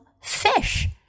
fish